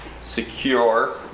secure